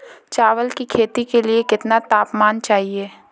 चावल की खेती के लिए कितना तापमान चाहिए?